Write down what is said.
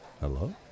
Hello